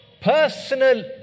Personal